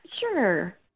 sure